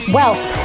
wealth